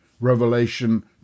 Revelation